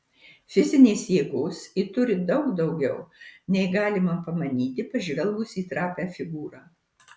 fizinės jėgos ji turi daug daugiau nei galima pamanyti pažvelgus į trapią figūrą